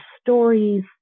stories